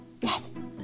yes